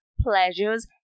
pleasures